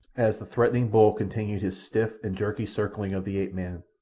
as the threatening bull continued his stiff and jerky circling of the ape-man,